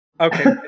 Okay